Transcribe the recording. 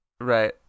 right